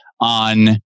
on